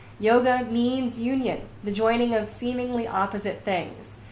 yoga means union, the joining of seemingly opposite things,